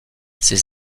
ses